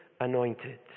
anointed